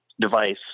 device